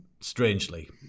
strangely